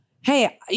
hey